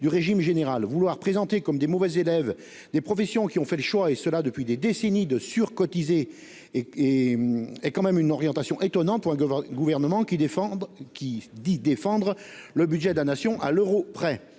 du régime général. Vouloir présenter comme de mauvais élèves des professions qui ont fait, voilà des décennies, le choix de surcotiser constitue une orientation étonnante pour un gouvernement disant défendre le budget de la Nation « à l'euro près